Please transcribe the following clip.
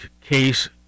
case